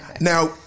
now